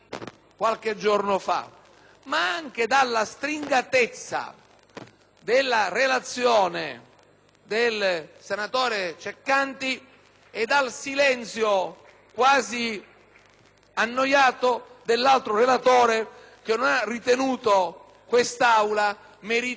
della relazione del senatore Ceccanti e dal silenzio quasi annoiato dell'altro relatore che non ha ritenuto quest'Aula meritevole di alcuna riflessione su un tema tanto delicato.